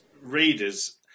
readers